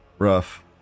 rough